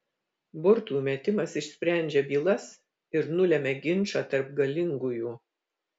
burtų metimas išsprendžia bylas ir nulemia ginčą tarp galingųjų